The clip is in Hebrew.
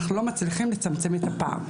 אנחנו לא מצליחים לצמצם את הפער,